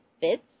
fits